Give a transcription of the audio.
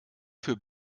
für